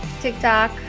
TikTok